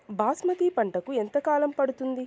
బాస్మతి పంటకు ఎంత కాలం పడుతుంది?